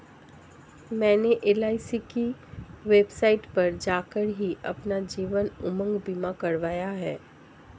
मैंने एल.आई.सी की वेबसाइट पर जाकर ही अपना जीवन उमंग बीमा करवाया है